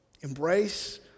Embrace